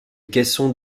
caisson